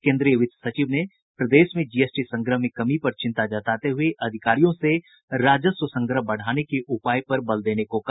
केंद्रीय वित्त सचिव ने प्रदेश में जीएसटी संग्रह में कमी पर चिंता जताते हुये अधिकारियों से राजस्व संग्रह बढ़ाने के उपाय पर बल देने को कहा